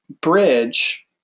bridge